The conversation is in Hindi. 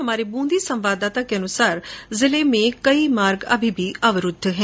हमारे बूंदी संवाददाता के अनुसार जिले के कई मार्ग अभी भी अवरूद्व है